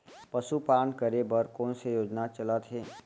पशुपालन करे बर कोन से योजना चलत हे?